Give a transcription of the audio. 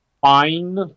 fine